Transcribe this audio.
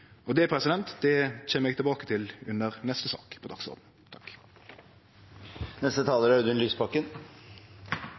Det kjem eg tilbake til under neste sak på